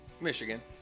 Michigan